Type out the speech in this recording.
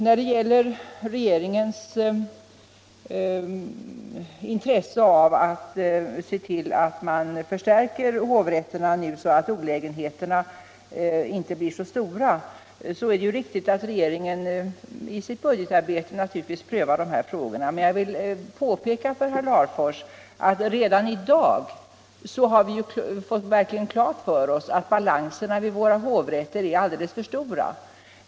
När det gäller regeringens intresse av att se till att man nu förstärker hovrätterna så att olägenheterna inte blir för stora, är det riktigt att regeringen i sitt budgetarbete naturligtvis prövar dessa frågor. Men jag vill påpeka för herr Larfors att vi redan i dag verkligen har klart för oss att balanserna vid våra hovrätter är alldeles för stora.